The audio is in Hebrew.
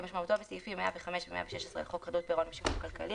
כמשמעותו בסעיפים 105 ו-116 לחוק חדלות פירעון ושיקום כלכלי,